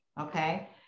Okay